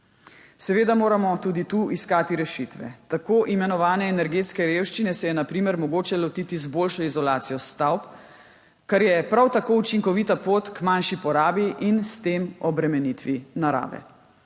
Seveda moramo tudi tu iskati rešitve. Tako imenovane energetske revščine se je na primer mogoče lotiti z boljšo izolacijo stavb, kar je prav tako učinkovita pot k manjši porabi in s tem obremenitvi narave.